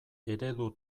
eredu